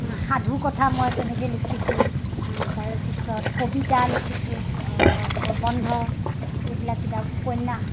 সাধুকথা মই তেনেকে লিখিছোঁ তাৰ পিছত কবিতা লিখিছোঁ প্ৰবন্ধ এইবিলাক কিতাপ উপন্যাস